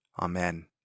Amen